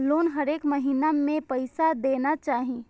Loan हरेक महीना में पैसा देना चाहि?